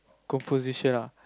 composition ah